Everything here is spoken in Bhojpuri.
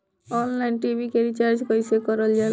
ऑनलाइन टी.वी के रिचार्ज कईसे करल जाला?